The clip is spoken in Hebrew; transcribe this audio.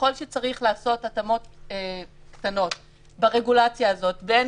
וככל שצריך לעשות התאמות קטנות ברגולציה הזאת בין